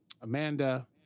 Amanda